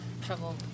trouble